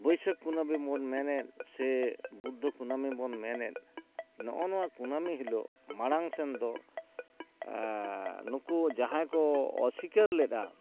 ᱵᱟᱹᱭᱥᱟᱹᱠᱷ ᱠᱩᱱᱟᱹᱢᱤ ᱵᱚᱱ ᱢᱮᱱᱮᱫ ᱥᱮ ᱵᱩᱫᱽᱫᱷᱚ ᱠᱩᱱᱟᱹᱢᱤ ᱵᱚᱱ ᱢᱮᱱᱮᱫ ᱱᱚᱜᱼᱚ ᱱᱚᱣᱟ ᱠᱩᱱᱟᱹᱢᱤ ᱦᱤᱞᱳᱜ ᱢᱟᱲᱟᱝ ᱥᱮᱱ ᱫᱚ ᱱᱩᱠᱩ ᱡᱟᱦᱟᱸᱭ ᱠᱚ ᱚᱥᱥᱤᱠᱟᱹᱨ ᱞᱮᱫᱼᱟ